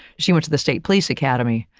she went to the state police academy,